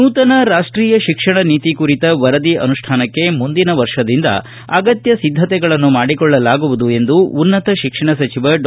ನೂತನ ರಾಷ್ಟೀಯ ಶಿಕ್ಷಣ ನೀತಿ ಕುರಿತ ವರದಿ ಅನುಷ್ಠಾನಕ್ಕೆ ಮುಂದಿನ ವರ್ಷದಿಂದ ಅಗತ್ಯ ಸಿದ್ಧತೆಗಳನ್ನು ಮಾಡಿಕೊಳ್ಳಲಾಗುವುದು ಎಂದು ಉನ್ನತ ಶಿಕ್ಷಣ ಸಚಿವ ಡಾ